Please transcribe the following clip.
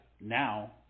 now